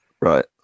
Right